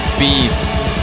beast